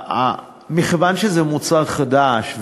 מכיוון שזה מוצר חדש,